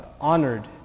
honored